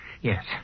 Yes